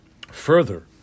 Further